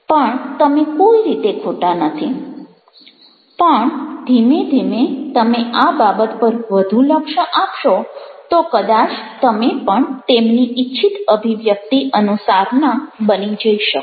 પણ તમે કોઈ રીતે ખોટા નથી પણ ધીમે ધીમે તમે આ બાબત પર વધુ લક્ષ આપશો તો કદાચ તમે પણ તેમની ઇચ્છિત અભિવ્યક્તિ અનુસારના બની જઈ શકો